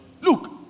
Look